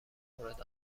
مورد